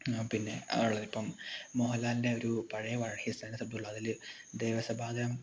ആ പിന്നെ ആ ഉള്ളത്ത് ഇപ്പം മോഹൻലാലിൻ്റെ ഒരു പഴയ പഴയ സിനിമയുള്ളതിൽ ദേവസഭാതനം